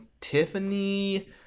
Tiffany